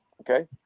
Okay